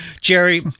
Jerry